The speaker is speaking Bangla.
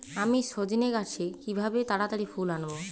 আমি সজনে গাছে কিভাবে তাড়াতাড়ি ফুল আনব?